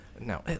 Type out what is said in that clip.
No